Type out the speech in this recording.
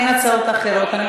אין הצעות אחרות.